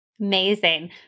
Amazing